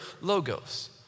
logos